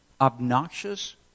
obnoxious